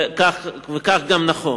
וכך גם נכון.